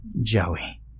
Joey